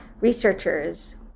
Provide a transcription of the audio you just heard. researchers